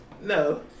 No